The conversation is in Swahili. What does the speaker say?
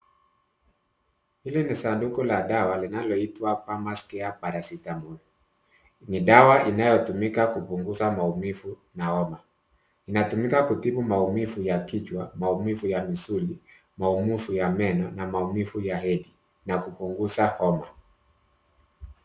Hili ni sanduku la dawa linaloitwa, pharmacare paracetamol. Ni dawa inayotumika kupunguza maumivu na homa. Inatumika kutibu maumivu ya kichwa, maumivu ya misuli, maumivu ya meno na maumivu ya hedhi na kupunguza homa.